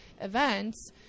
events